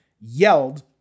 yelled